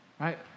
Right